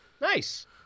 Nice